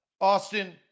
Austin